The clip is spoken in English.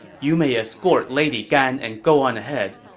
you may escort lady gan and go on ahead.